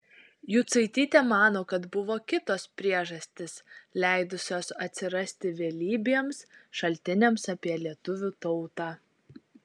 jucaitytė mano kad buvo kitos priežastys leidusios atsirasti vėlybiems šaltiniams apie lietuvių tautą